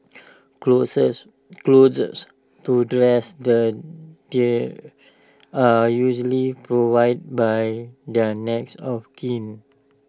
clothes clothes to dress the dear are usually provided by their next of kin